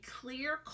clear